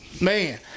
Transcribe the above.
Man